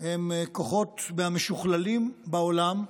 הם כוחות מהמשוכללים בעולם,